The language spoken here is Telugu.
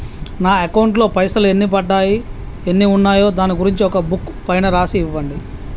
నా అకౌంట్ లో పైసలు ఎన్ని పడ్డాయి ఎన్ని ఉన్నాయో దాని గురించి ఒక బుక్కు పైన రాసి ఇవ్వండి?